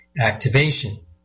activation